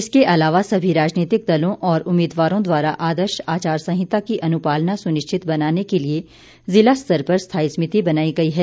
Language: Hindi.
इसके अलावा सभी राजनीतिक दलों और उम्मीदवारों द्वारा आदर्श आचार संहिता की अनुपालना सुनिश्चित बनाने के लिए जिला स्तर पर स्थाई समिति बनाई गई है